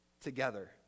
together